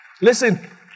Listen